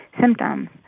symptoms